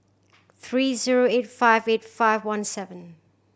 three zero eight five eight five one seven